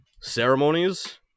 ceremonies